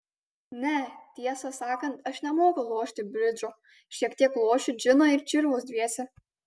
ne tiesą sakant aš nemoku lošti bridžo šiek tiek lošiu džiną ir čirvus dviese